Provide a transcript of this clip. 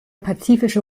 pazifische